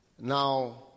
Now